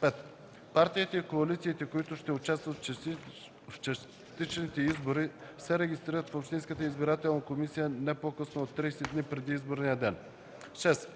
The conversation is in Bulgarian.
5. партиите и коалициите, които ще участват в частичните избори, се регистрират в общинската избирателна комисия не по-късно от 30 дни преди изборния ден; 6.